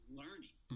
learning